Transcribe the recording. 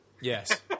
Yes